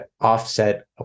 offset